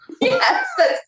Yes